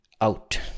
out